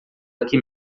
aqui